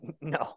No